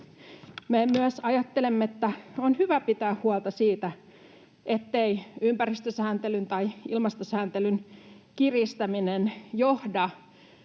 Me myös ajattelemme, että on hyvä pitää huolta siitä, ettei ympäristösääntelyn tai ilmastosääntelyn kiristäminen johda